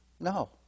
No